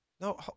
No